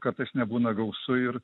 kartais nebūna gausu ir